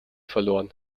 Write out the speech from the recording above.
verloren